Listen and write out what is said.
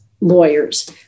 lawyers